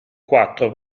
quattro